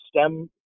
stem